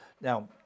Now